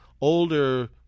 older